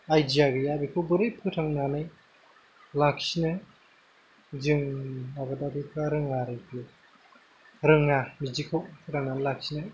idea गैया बेखौ बोरै फोथांनानै लाखिनो जोंनि आबादारिफ्रा रोङा आरोखि रोङा बिदिखौ फोथांनानै लाखिनो